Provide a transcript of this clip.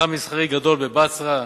מתחם מסחרי גדול בבצרה,